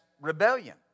rebellion